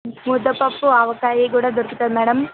ముద్ద పప్పు ఆవకాయి కూడా దొరుకుతుంది మేడం